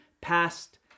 past